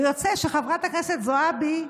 ויוצא שחברת הכנסת זועבי,